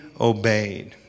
obeyed